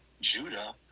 Judah